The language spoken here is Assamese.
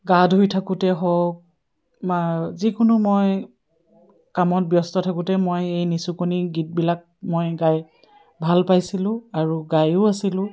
গা ধুই থাকোঁতে হওক বা যিকোনো মই কামত ব্যস্ত থাকোঁতে মই এই নিচুকনি গীতবিলাক মই গাই ভাল পাইছিলোঁ আৰু গায়ো আছিলোঁ